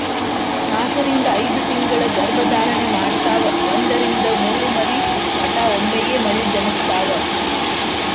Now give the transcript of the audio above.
ನಾಕರಿಂದ ಐದತಿಂಗಳ ಗರ್ಭ ಧಾರಣೆ ಮಾಡತಾವ ಒಂದರಿಂದ ಮೂರ ಮರಿ ಮಟಾ ಒಮ್ಮೆಗೆ ಮರಿ ಜನಸ್ತಾವ